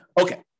Okay